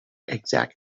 exact